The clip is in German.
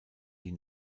die